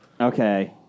Okay